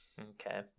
Okay